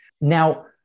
Now